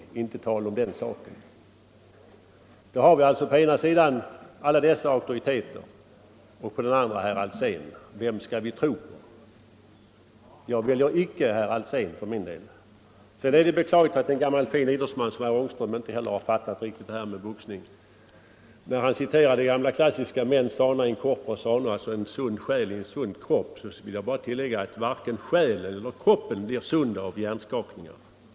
Det är ingen diskussion om den saken. Där har vi alltså på ena sidan alla dessa auktoriteter och på den andra herr Alsén. Vem skall vi tro på? Jag väljer inte herr Alsén för min del. Sedan är det beklagligt att en gammal fin idrottsman som herr Ångström inte heller riktigt har fattat det här med boxningen. När han citerar det gamla klassiska mens sana in corpore sano — en sund själ i en sund kropp -— vill jag bara tillägga att varken själen eller kroppen blir sund av hjärnskakningar.